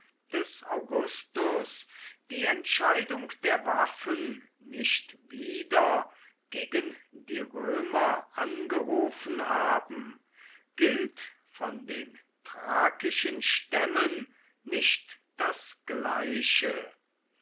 des augustus die entscheidung der waffen nicht wieder gegen die römer angerufen haben gilt von den thrakischen stämmen nicht das gleiche